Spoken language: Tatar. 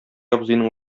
абзыйның